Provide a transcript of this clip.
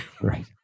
Right